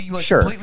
Sure